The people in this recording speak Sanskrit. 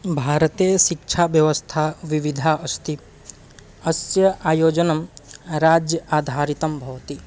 भारते शिक्षा व्यवस्था विविधा अस्ति अस्य आयोजनं राज्ये आधारितं भवति